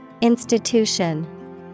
Institution